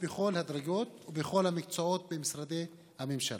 בכל הדרגות ובכל המקצועות במשרדי הממשלה.